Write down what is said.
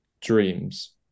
dreams